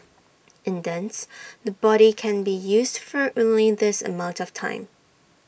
in dance the body can be used for only this amount of time